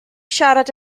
siarad